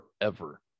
forever